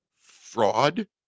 fraud